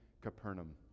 Capernaum